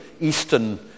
Eastern